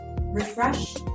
refresh